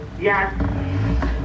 Yes